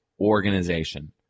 organization